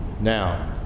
Now